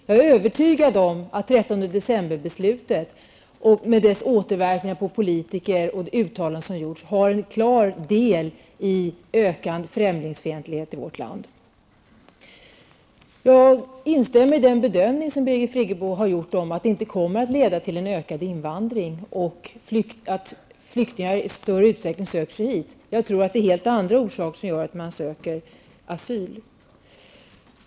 Jag är övertygad om att det beslutet, med dess återverkningar på politiker och de uttalanden som har gjorts, har en klar del i den ökande främlingsfientligheten i vårt land. Jag instämmer i den bedömning som Birgit Friggebo har gjort av att dagens beslut inte kommer att leda till en ökad invandring eller att flyktingar i större utsträckning söker sig hit. Jag tror att det är helt andra orsaker som gör att man söker asyl.